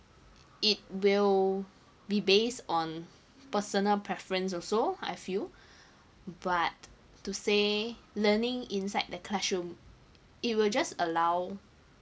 it will be based on personal preference also I feel but to say learning inside the classroom it will just allow